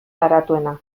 garatuena